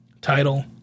title